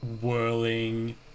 whirling